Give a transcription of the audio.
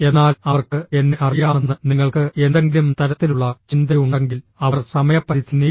എന്നാൽ അവർക്ക് എന്നെ അറിയാമെന്ന് നിങ്ങൾക്ക് എന്തെങ്കിലും തരത്തിലുള്ള ചിന്തയുണ്ടെങ്കിൽ അവർ സമയപരിധി നീട്ടും